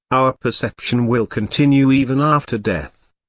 our perception will continue even after death.